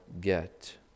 get